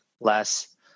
less